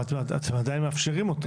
אבל אתם עדיין מאפשרים אותו.